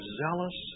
zealous